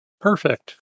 Perfect